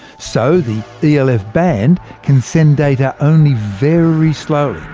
so the the elf band can send data only very slowly.